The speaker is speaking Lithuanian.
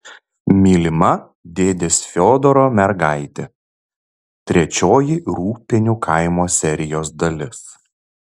mylima dėdės fiodoro mergaitė trečioji rūgpienių kaimo serijos dalis